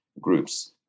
groups